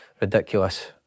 ridiculous